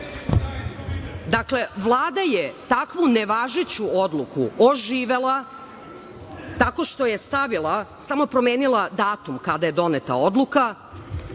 Dakle, Vlada je takvu nevažeću odluku oživela, tako što je stavila, samo je promenila datum kada je doneta odluka.